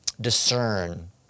discern